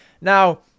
Now